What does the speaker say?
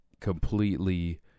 completely